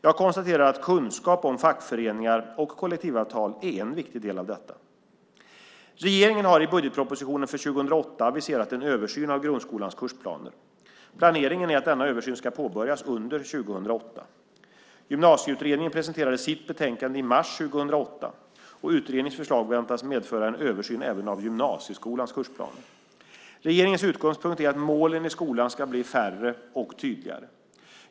Jag konstaterar att kunskap om fackföreningar och kollektivavtal är en viktig del av detta. Regeringen har i budgetpropositionen för 2008 aviserat en översyn av grundskolans kursplaner. Planeringen är att denna översyn ska påbörjas under 2008. Gymnasieutredningen presenterade sitt betänkande i mars 2008 . Utredningens förslag väntas medföra en översyn även av gymnasieskolans kursplaner. Regeringens utgångspunkt är att målen i skolan ska bli färre och tydligare.